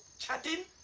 chatting?